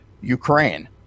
Ukraine